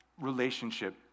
relationship